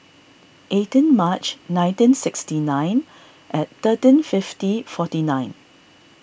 eighteen March nineteen sixty nine at thirteen fifty forty nine